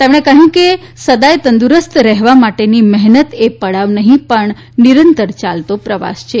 તેમણે કહ્યું હતું કે સદાય તંદુરસ્ત રહેવા માટેની મહેનત એ પડાવ નહીં પણ નિરંતર યાલતો પ્રવાસ છે